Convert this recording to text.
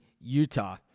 Utah